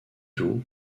doux